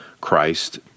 Christ